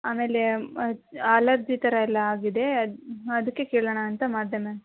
ಆಮೇಲೆ ಅಲರ್ಜಿ ಥರ ಎಲ್ಲ ಆಗಿದೆ ಅದು ಅದಕ್ಕೆ ಕೇಳೋಣಾ ಅಂತ ಮಾಡಿದೆ ಮ್ಯಾಮ್